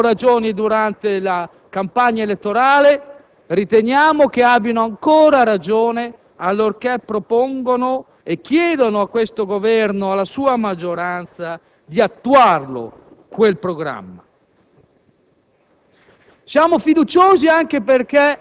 Abbiamo condiviso le loro ragioni durante la campagna elettorale e riteniamo che abbiano ancora ragione allorché chiedono a questo Governo e alla sua maggioranza di attuare quel programma.